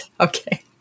Okay